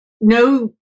No